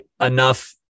enough